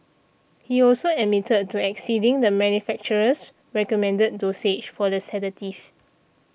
he also admitted to exceeding the manufacturer's recommended dosage for the sedative